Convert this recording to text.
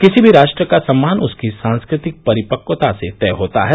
किसी भी राष्ट्र का सम्मान उसकी सांस्कृतिक परिपक्वता से तय होता है